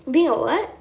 being a what